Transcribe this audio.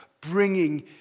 bringing